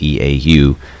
eau